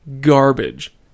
garbage